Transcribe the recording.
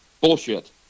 bullshit